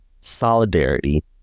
solidarity